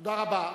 תודה רבה.